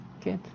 Good